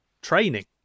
training